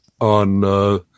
on –